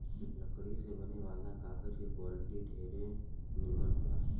लकड़ी से बने वाला कागज के क्वालिटी ढेरे निमन होला